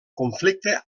conflicte